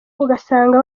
ugasanga